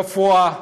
הרפואה,